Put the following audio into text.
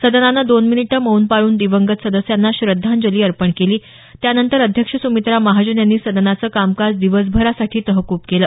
सदनानं दोन मिनिटं मौन पाळून दिवंगत सदस्यांना श्रद्धांजली अर्पण केली त्यानंतर अध्यक्ष सुमित्रा महाजन यांनी सदनाचं कामकाज दिवसभरासाठी तहकूब केलं